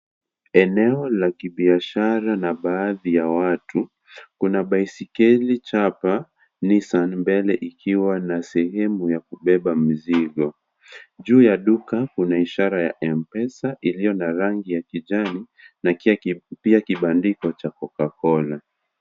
Eneo la kibiashara na baadhi ya watu kuna baisikeli chapa nissan mbele ikiwa na sehemu ya kubeba mizigo , juu ya duka kuna ishara ya Mpesa iliyo na rangi ya kijani na pia kibandiko cha Cocacola